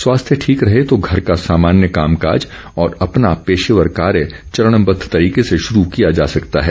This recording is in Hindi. स्वास्थ्य ठीक रहे तो घर का सामान्य कामकाज और अपना पेशेवर कार्य चरणबद्ध तरीके से शुरू किया जा सकता है